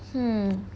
hmm